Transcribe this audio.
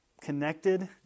connected